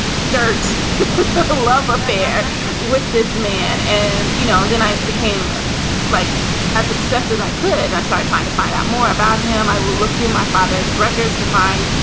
dirt, a love affair with this man. and, you know, then i became like as obsessed as i could. i start trying to find out more about him. i would look through my father's records to find,